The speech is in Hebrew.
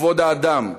לכבוד האדם,